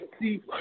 See